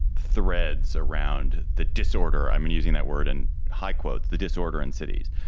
threads around the disorder. i mean, using that word and high quotes, the disorder in cities.